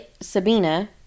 Sabina